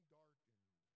darkened